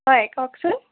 হয় কওকচোন